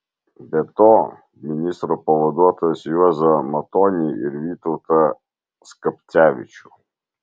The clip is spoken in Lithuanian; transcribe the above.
be to ministro pavaduotojus juozą matonį ir vytautą skapcevičių